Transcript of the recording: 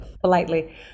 politely